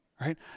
right